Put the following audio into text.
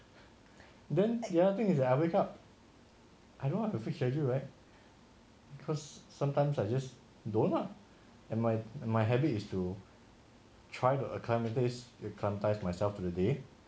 then the other thing is that I wake up I don't have to fix schedule right because sometimes I just don't lah and my and my habit is to try to climitize myself to the day